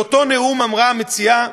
באותו נאום אמרה המציעה: